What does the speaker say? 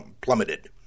plummeted